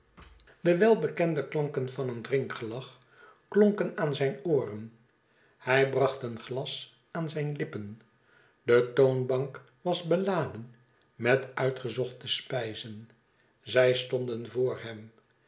de welbekende klanken van een drinkgelag klonken aan zijn ooren hij bracht een glas aan zijn lippen de toonbank was beladen met uitgezochte spijzen zij stonden voor hem